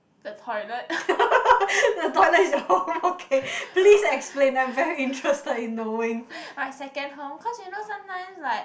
the toilet my second home cause you know sometimes like